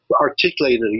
articulated